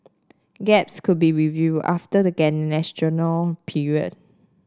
gaps could be review after the period